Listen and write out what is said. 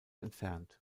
entfernt